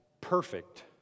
perfect